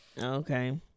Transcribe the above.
Okay